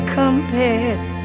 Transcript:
compared